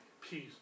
peace